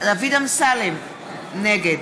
דוד אמסלם, נגד